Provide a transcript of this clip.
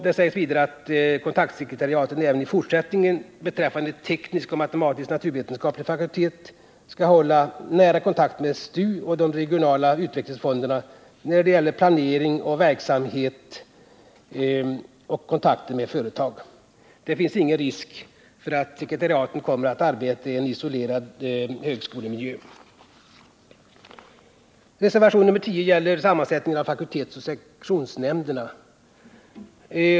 Det sägs vidare att kontaktsekretariaten även i fortsättningen beträffande teknisk och matematisk-naturvetenskaplig fakultet skall hålla nära kontakt med STU och de regionala utvecklingsfonderna när det gäller planering och verksamhet samt kontakter med företag. Det finns ingen risk för att sekretariaten kommer att arbeta i en isolerad högskolemiljö. Reservationen 10 gäller sammansättningen av fakultetseller sektionsnämnd.